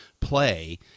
play